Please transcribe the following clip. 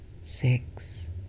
six